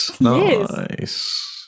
Nice